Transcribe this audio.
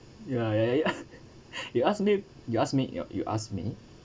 ya ya ya you ask me you ask me you you ask me